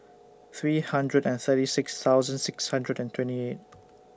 three hundred and thirty six thousand six hundred and twenty eight